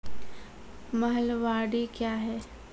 महलबाडी क्या हैं?